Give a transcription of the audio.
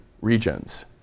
regions